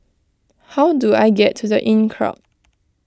how do I get to the Inncrowd